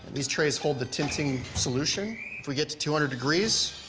these trays hold the tinting solution. if we get to two hundred degrees,